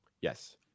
Yes